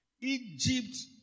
Egypt